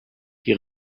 die